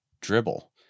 dribble